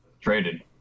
Traded